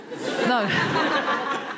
No